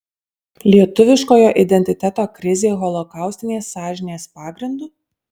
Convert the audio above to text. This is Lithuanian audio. lietuviškojo identiteto krizė holokaustinės sąžinės pagrindu